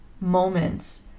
moments